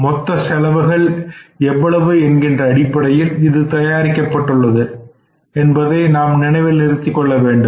மொத்த செலவுகள் எவ்வளவு என்கின்ற அடிப்படையில் இது தயாரிக்கப்பட்டுள்ளது என்பதை நாம் நினைவில் நிறுத்திக் கொள்ள வேண்டும்